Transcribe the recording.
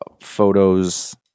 photos